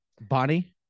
Bonnie